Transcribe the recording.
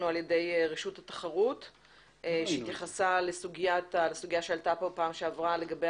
על ידי רשות התחרות שהתייחסה לסוגיה שעלתה פה בפעם שעברה לגבי